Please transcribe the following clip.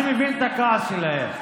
אני מבין את הכעס שלהם,